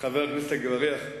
חבר הכנסת אגבאריה,